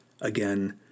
again